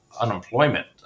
unemployment